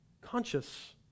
conscious